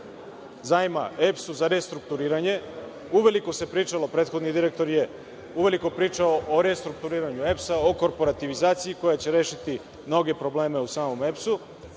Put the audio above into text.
zajam EPS-u za restrukturiranje. Uveliko se pričalo, prethodni direktor je uveliko pričao o restrukturiranju EPS-a, o korporativizaciji koja će rešiti mnoge probleme u samom EPS-u,